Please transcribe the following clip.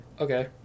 Okay